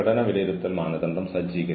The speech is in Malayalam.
കീഴുദ്യോഗസ്ഥനോട് ആക്രോശിക്കുന്നു